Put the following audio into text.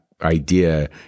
idea